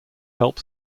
help